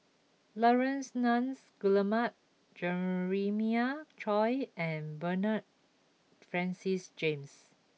Laurence Nunns Guillemard Jeremiah Choy and Bernard Francis James